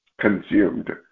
consumed